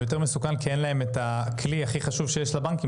הוא יותר מסוכן כי אין להם את הכלי הכי חשוב שיש לבנקים,